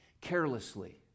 carelessly